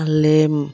ᱟᱞᱮ